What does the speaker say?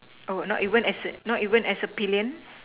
oh not even as a not even as a pillion